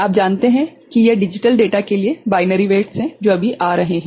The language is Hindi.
आप जानते हैं की यह डिजिटल डेटा के लिए बाइनरी वेट्स हैं जो अभी आ रहे हैं